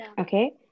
okay